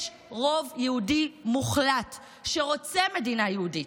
יש רוב יהודי מוחלט שרוצה מדינה יהודית,